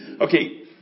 Okay